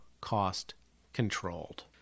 cost-controlled